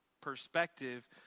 perspective